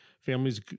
Families